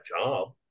job